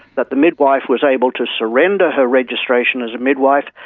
that the midwife was able to surrender her registration as a midwife,